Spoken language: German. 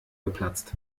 geplatzt